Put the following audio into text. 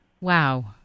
wow